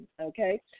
Okay